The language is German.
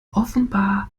offenbar